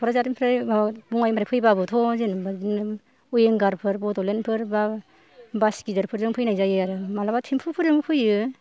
क'क्राझारनिफ्राय माबा बङाइनिफ्राय फैबाबोथ' जों बिदिनो विंगारफोर बड'लेण्डफोर बा बास गिदिरफोरजों फैनाय जायो आरो मालाबा थेमफु फोरजों फैयो